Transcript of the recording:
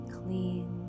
clean